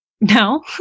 No